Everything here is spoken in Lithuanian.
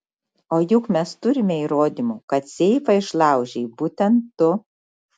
o juk mes turime įrodymų kad seifą išlaužei būtent tu